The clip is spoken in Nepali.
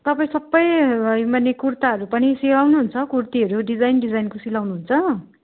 तपाईँ सबै माने कुर्ताहरू पनि सिलाउनुहुन्छ कुर्तीहरू डिजाइन डिजाइनको सिलाउनु हुन्छ